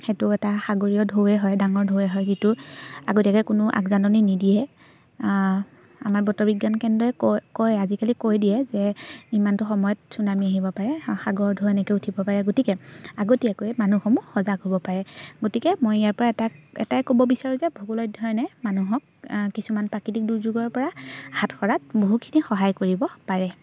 সেইটো এটা সাগৰীয় ঢৌৱে হয় ডাঙৰ ঢৌৱে হয় যিটো আগতীয়াকৈ কোনো আগজাননি নিদিয়ে আমাৰ বতৰ বিজ্ঞান কেন্দ্ৰই কয় কয় আজিকালি কৈ দিয়ে যে ইমানটো সময়ত চুনামী আহিব পাৰে সাগৰ ঢৌ এনেকৈ উঠিব পাৰে গতিকে আগতীয়াকৈ মানুহসমূহ সজাগ হ'ব পাৰে গতিকে মই ইয়াৰপৰা এটা এটাই ক'ব বিচাৰোঁ যে ভূগোল অধ্যয়নে মানুহক কিছুমান প্ৰাকৃতিক দুৰ্যোগৰপৰা হাত সৰাত বহুখিনি সহায় কৰিব পাৰে